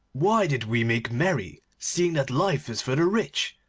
why did we make merry, seeing that life is for the rich,